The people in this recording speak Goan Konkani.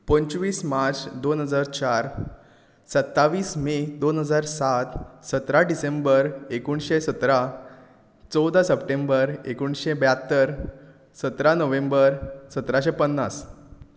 पंचवीस मार्च दोन हजार चार सत्तावीस मे दोन हजार सात सतरा डिसेंबर एकुणशें सतरा चवदा सप्टेंबर एकुणशें ब्यात्तर सतरा नोवेंबर सतराशें पन्नास